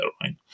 right